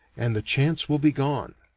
and the chance will be gone.